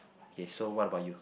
okay so what about you